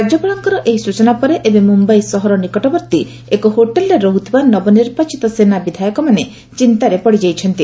ରାଜ୍ୟପାଳଙ୍କର ଏହି ସୂଚନା ପରେ ଏବେ ମ୍ରମ୍ୟାଇ ସହର ନିକଟବର୍ତ୍ତୀ ଏକ ହୋଟେଲ୍ରେ ରହିଥିବା ନବନିର୍ବାଚିତ ସେନା ବିଧାୟକମାନେ ଚିନ୍ତାରେ ପଡ଼ିଯାଇଛନ୍ତି